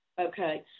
Okay